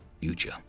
future